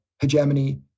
hegemony